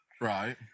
Right